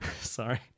Sorry